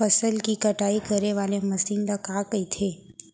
फसल की कटाई करे वाले मशीन ल का कइथे?